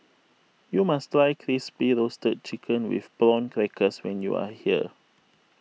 you must try Crispy Roasted Chicken with Prawn Crackers when you are here